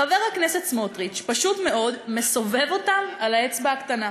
חבר הכנסת סמוטריץ פשוט מאוד מסובב אותם על האצבע הקטנה.